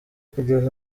kugeza